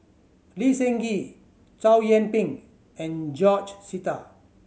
Lee Seng Gee Chow Yian Ping and George Sita